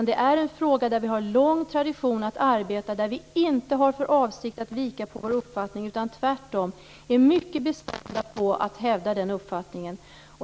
Det är en fråga där vi har en lång tradition och där vi inte har för avsikt att vika från vår uppfattning. Tvärtom. Vi är mycket bestämda med att hävda vår uppfattning.